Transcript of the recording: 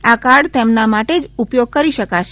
આ કાર્ડ તેમના માટે જ ઉપયોગ કરી શકશે